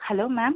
hello ma'am